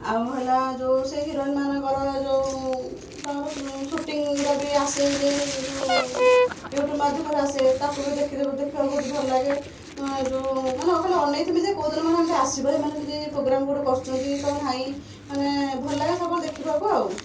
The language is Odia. ଆଉ ହେଲା ଯେଉଁ ସେଇ ହେରୋଇନ ମାନଙ୍କର ଯେଉଁ ତାଙ୍କର ଶୁଟିଂର ବି ଆସେ ଯେ ଯେଉଁ ୟୁଟୁବୁ ମାଧ୍ୟମରେ ଆସେ ତାକୁ ବି ଦେଖିବାକୁ ବହୁତ ଭଲ ଲାଗେ ଯେଉଁ ମାନେ ଅ ଖାଲି ଅନେଇ ଥିମି ଯେ କେଉଁ ଦିନ ମାନେ ଏମିତି ଆସିବା ସେମାନେ ଏମିତି ପ୍ରୋଗ୍ରାମ କେଉଁଠି କରୁଛନ୍ତି କ ନାହିଁ ମାନେ ଭଲ ଲାଗେ ସବୁବେଳେ ଦେଖିବାକୁ ଆଉ